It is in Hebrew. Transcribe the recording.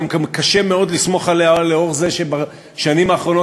גם קשה מאוד לסמוך עליה לאור זה שבשנים האחרונות